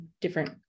different